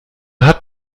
hat